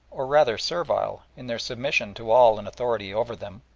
or rather servile, in their submission to all in authority over them,